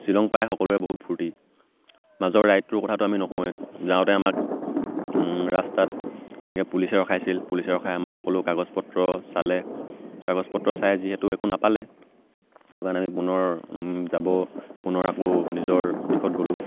শ্বিলং পাই সকলোৰে বহুত ফূৰ্তি মাজৰ ৰাইডটোৰ কথাটো আমি নকওঁৱে যাওঁতে আমাক ৰাস্তাত এনেকৈ পুলিচে ৰখাইছিল পুলিচে ৰখাই আমাৰ সকলো কাগজ পত্ৰ চালে কাগজ পত্ৰ চাই যিহেতু একো নাপালে সেইটো কাৰণে আমি পুনৰ যাব পুনৰ আকৌ নিজৰ দিশত গ'লোঁ